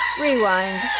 Rewind